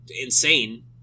insane